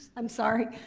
i'm sorry.